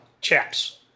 chaps